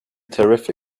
terrific